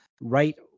right